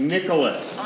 Nicholas